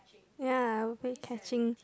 ya I will play catching